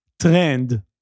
trend